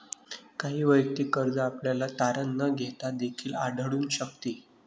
काही वैयक्तिक कर्ज आपल्याला तारण न घेता देखील आढळून शकते